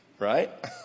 Right